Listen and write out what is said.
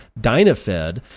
DynaFed